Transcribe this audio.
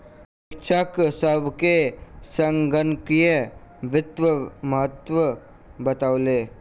शिक्षक सभ के संगणकीय वित्तक महत्त्व बतौलैन